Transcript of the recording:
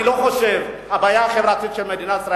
שאני לא חושב שהבעיה החברתית של מדינת ישראל